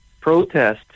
protests